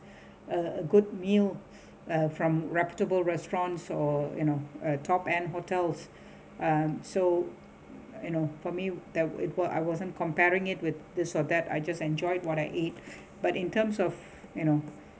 a a good meal uh from reputable restaurants or you know a top end hotels um so you know for me that it wa~ I wasn't comparing it with this or that I just enjoyed what I ate but in terms of you know